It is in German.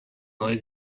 neu